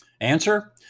Answer